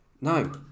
No